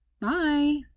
bye